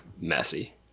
messy